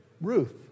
Ruth